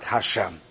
Hashem